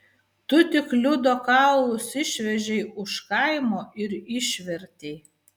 tu tik liudo kaulus išvežei už kaimo ir išvertei